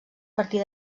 partir